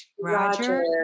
Roger